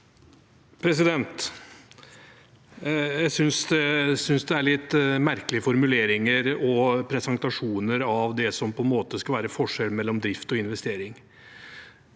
Jeg synes det er litt merkelige formuleringer og presentasjoner av det som på en måte skal være forskjellen mellom drift og investering.